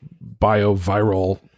bio-viral